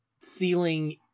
ceiling